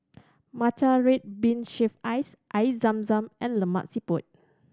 matcha red bean shaved ice Air Zam Zam and Lemak Siput